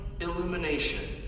illumination